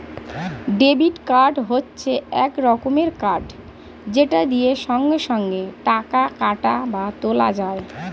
debit card হচ্ছে এক রকমের কার্ড যেটা দিয়ে সঙ্গে সঙ্গে টাকা কাটা বা তোলা যায়